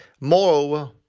Moreover